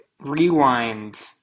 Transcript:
rewind